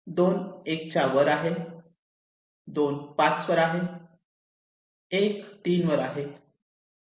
2 1 च्या वर आहे 2 5 वर आहे 1 3 वर आहे